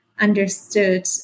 understood